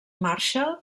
marshall